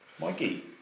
Mikey